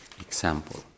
example